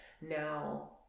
now